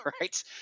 right